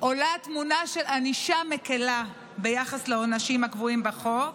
עולה תמונה של ענישה מקילה ביחס לעונשים הקבועים בחוק,